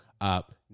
up